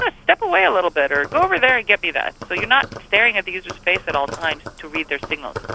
ah step away a little bit, or go over there and get me that. so you're not staring at the user's face at all times to read their signals.